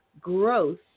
growth